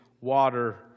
water